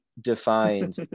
defined